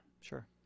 Sure